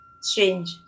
strange